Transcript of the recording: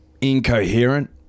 Incoherent